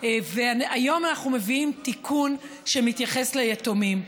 והיום אנחנו מביאים תיקון שמתייחס ליתומים.